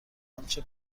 آنچه